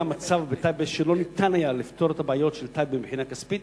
היה מצב בטייבה שלא ניתן היה לפתור את הבעיות של טייבה מבחינה כספית